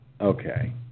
Okay